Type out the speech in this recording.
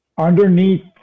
Underneath